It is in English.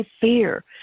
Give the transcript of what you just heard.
fear